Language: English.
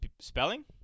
spelling